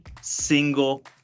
single